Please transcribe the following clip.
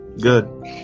Good